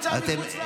אותו דבר.